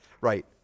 right